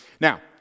Now